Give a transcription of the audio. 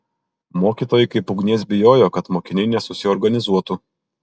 mokytojai kaip ugnies bijojo kad mokiniai nesusiorganizuotų